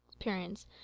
appearance